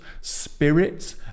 spirits